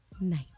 night